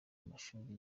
amashuri